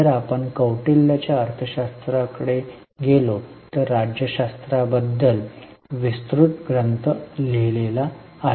जर आपण कौटिल्यच्या अर्थशास्त्रावर गेलो तर राज्यशास्त्राबद्दल विस्तृत ग्रंथ लिहिलेला आहे